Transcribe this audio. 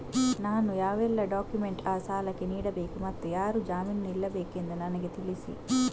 ನಾನು ಯಾವೆಲ್ಲ ಡಾಕ್ಯುಮೆಂಟ್ ಆ ಸಾಲಕ್ಕೆ ನೀಡಬೇಕು ಮತ್ತು ಯಾರು ಜಾಮೀನು ನಿಲ್ಲಬೇಕೆಂದು ನನಗೆ ತಿಳಿಸಿ?